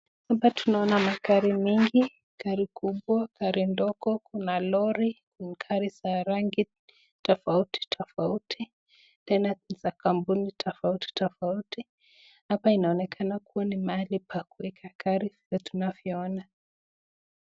Hapa tunaona magari mingi gari kubwa kuna lori gari za rangi tafauti tafauti tena ni kampuni tafauti tafauti hapa inaonekana ni mahali pa kuweka gari tunavyoona.